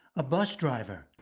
a bus driver,